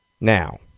Now